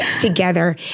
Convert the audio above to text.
together